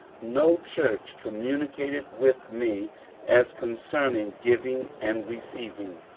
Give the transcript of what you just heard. no church communicated with me as concerning giving and receiving,